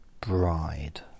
Bride